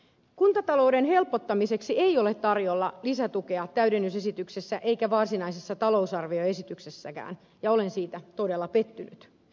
kuntatalouden helpottamiseksi ei ole tarjolla lisätukea täydennysesityksessä eikä varsinaisessa talousarvioesityksessäkään ja olen siitä todella pettynyt